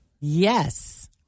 Yes